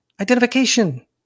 identification